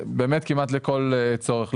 באמת כמעט לכל צורך,